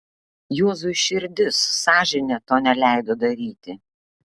juozui širdis sąžinė to neleido daryti